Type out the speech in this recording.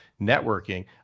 networking